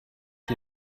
die